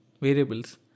Variables